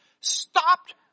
Stopped